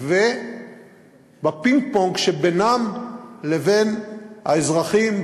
ובפינג-פונג שבינן לבין האזרחים,